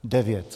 Devět.